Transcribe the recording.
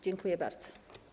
Dziękuję bardzo.